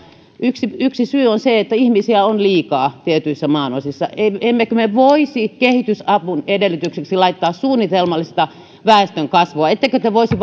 yksi syy on se että ihmisiä on liikaa tietyissä maanosissa emmekö me voisi kehitysavun edellytykseksi laittaa suunnitelmallista väestönkasvua ettekö te voisi